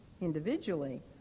individually